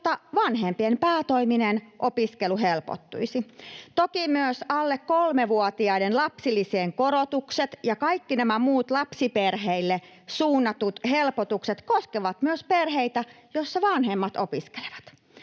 jotta vanhempien päätoiminen opiskelu helpottuisi. Toki myös alle kolmevuotiaiden lapsilisien korotukset ja kaikki nämä muut lapsiperheille suunnatut helpotukset koskevat myös perheitä, joissa vanhemmat opiskelevat.